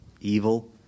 evil